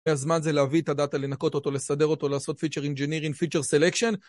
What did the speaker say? והזמן זה להביא את הדאטה, לנקוט אותו, לסדר אותו, לעשות Feature Engineering, Feature Selection